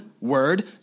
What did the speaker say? word